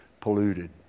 polluted